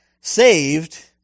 saved